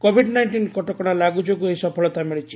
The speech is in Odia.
କୋଭିଡ୍ ନାଇଷ୍ଟିନ୍ କଟକଣା ଲାଗୁ ଯୋଗୁଁ ଏହି ସଫଳତା ମିଳିଛି